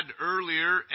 earlier